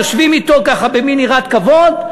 יושבים אתו ככה במין יראת כבוד,